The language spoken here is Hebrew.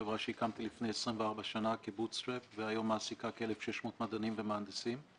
חברה שהקמתי לפני 24 שנים והיום מעסיקה כ-1,600 מדענים ומהנדסים.